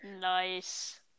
Nice